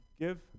give